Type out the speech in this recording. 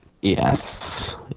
Yes